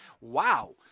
wow